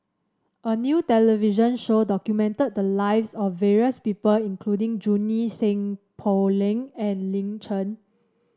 a new television show documented the lives of various people including Junie Sng Poh Leng and Lin Chen